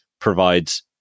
provides